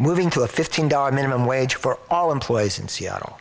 moving to a fifteen dollars minimum wage for all employees in seattle